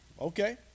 Okay